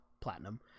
platinum